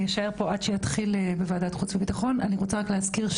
אני רוצה רק להזכיר,